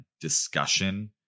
discussion